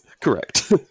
correct